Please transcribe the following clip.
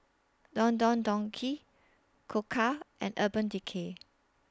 Don Don Donki Koka and Urban Decay